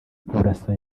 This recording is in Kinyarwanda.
burasa